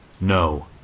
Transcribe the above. No